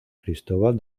cristóbal